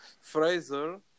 Fraser